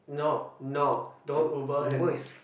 no no don't Uber in